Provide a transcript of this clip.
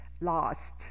lost